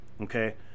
Okay